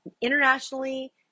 internationally